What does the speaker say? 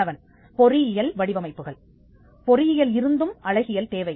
மாணவன் பொறியியல் வடிவமைப்புகள் பொறியியல் இருந்தும் அழகியல் தேவை